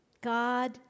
God